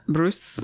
Bruce